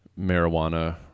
marijuana